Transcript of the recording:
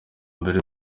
mbere